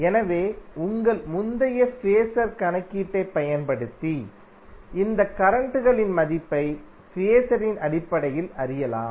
எனவே உங்கள் முந்தைய பேஸர் கணக்கீட்டைப் பயன்படுத்தி இந்த கரண்ட்களின் மதிப்பை பேஸரின் அடிப்படையில் அறியலாம்